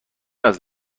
است